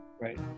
Right